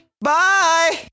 Bye